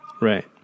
Right